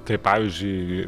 tai pavyzdžiui